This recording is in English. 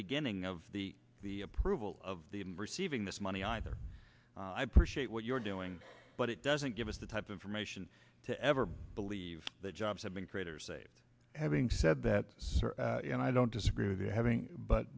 beginning of the the approval of the receiving this money either i appreciate what you're doing but it doesn't give us the type information to ever believe that jobs have been created or saved having said that sir and i don't disagree with having but